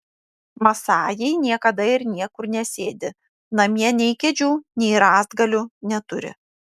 masajai niekada ir niekur nesėdi namie nei kėdžių nei rąstgalių neturi